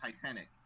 Titanic